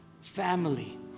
family